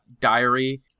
diary